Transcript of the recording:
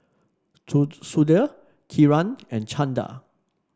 Sudhir Kiran and Chanda